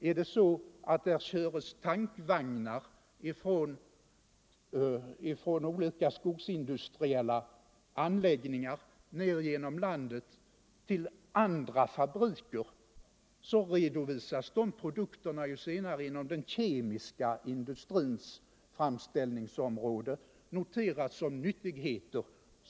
Är det så att det körs tankvagnar från olika skogsindustriella anläggningar ned genom landet till andra fabriker så noteras de vidareförädlade produkterna som nyttigheter som skapas inom den kemiska industrins framställningsområde.